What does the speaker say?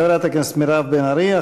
חברת הכנסת מירב בן ארי.